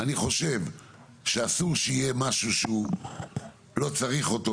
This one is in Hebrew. אני חושב שאסור שיהיה משהו שלא צריך אותו,